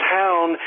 town